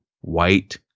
white